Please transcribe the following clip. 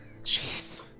Jeez